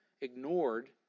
ignored